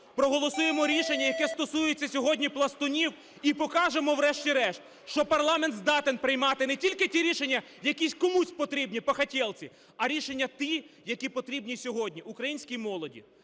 проголосуємо рішення, яке стосується сьогодні пластунів - і покажемо, врешті-решт, що парламент здатен приймати не тільки ті рішення, які комусь потрібні по "хотєлці", а рішення ті, які потрібні сьогодні українській молоді,